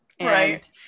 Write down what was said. Right